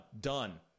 done